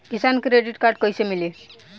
किसान credit card कइसे मिली?